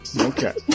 Okay